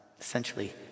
Essentially